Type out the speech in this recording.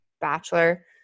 bachelor